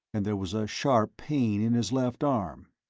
and there was a sharp pain in his left arm.